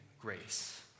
grace